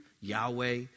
Yahweh